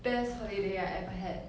best holiday I ever had